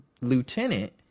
lieutenant